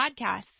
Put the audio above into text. podcasts